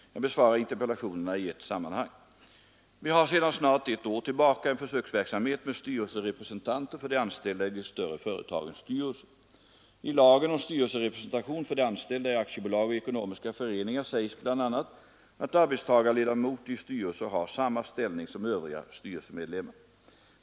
Jag besvarar interpellationerna i ett sammanhang. Vi har sedan snart ett år tillbaka en försöksverksamhet med styrelserepresentanter för de anställda i de större företagens styrelser. I lagen om styrelserepresentation för de anställda i aktiebolag och ekonomiska föreningar sägs bl.a. att arbetstagarledamot i styrelse har samma ställning som övriga styrelsemedlemmar.